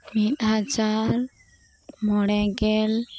ᱢᱤᱫ ᱦᱟᱡᱟᱨ ᱢᱚᱬᱮ ᱜᱮᱞ